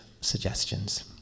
suggestions